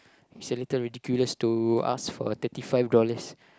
it's a little ridiculous to ask for a thirty five dollars